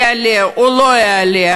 יעלה או לא יעלה,